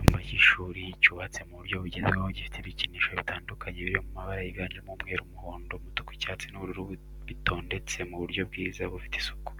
Icyumba cy'ishuri cyubatse mu buryo bugezweho gifite ibikinisho bitandukanye biri mu mabara yiganjemo umweru, umuhondo, umutuku, icyatsi n'ubururu bitondetse mu buryo bwiza bufite isuku.